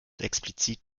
explizit